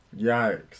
Yikes